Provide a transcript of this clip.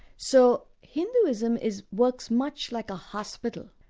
so hinduism is works much like a hospital,